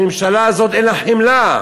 הממשלה הזאת אין לה חמלה.